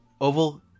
Oval